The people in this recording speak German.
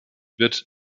wird